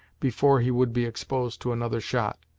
before he would be exposed to another shot.